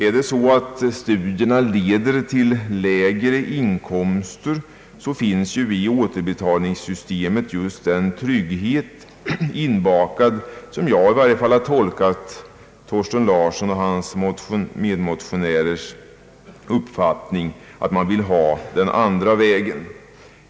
Är det så att studierna leder till lägre inkomster än beräknat, så finns i återbetalningssystemet just den trygghet inbakad som i varje fall jag har förstått att herr Thorsten Larsson och hans medmotionärer vill ha den andra vägen.